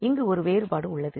இங்கு ஒரு வேறுபாடு உள்ளது